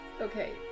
Okay